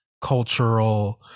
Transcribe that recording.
cultural